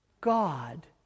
God